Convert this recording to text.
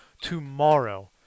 tomorrow